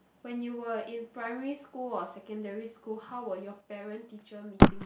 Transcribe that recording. when you were in primary school or secondary school how were your parent teacher meeting